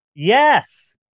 Yes